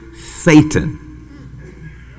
Satan